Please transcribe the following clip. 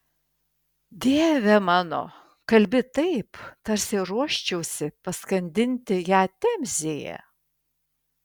dieve mano kalbi taip tarsi ruoščiausi paskandinti ją temzėje